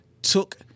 Took